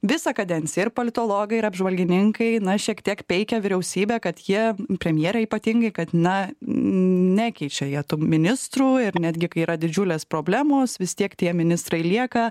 visą kadenciją ir politologai ir apžvalgininkai na šiek tiek peikia vyriausybę kad jie premjerė ypatingai kad na nekeičia jie ministrų ir netgi kai yra didžiulės problemos vis tiek tie ministrai lieka